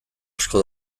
asko